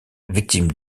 victime